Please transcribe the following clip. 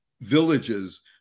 villages